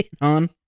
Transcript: on